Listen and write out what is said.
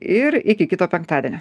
ir iki kito penktadienio